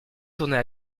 tournez